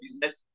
business